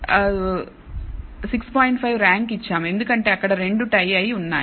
5 rank ఇచ్చాము ఎందుకంటే అక్కడ రెండు టై అయినాయి